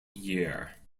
year